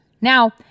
Now